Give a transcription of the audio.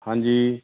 ਹਾਂਜੀ